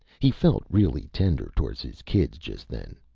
he felt really tender toward his kids, just then.